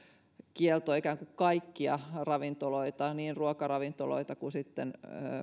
kielto koskee sitten kaikkia ravintoloita niin ruokaravintoloita kuin sitten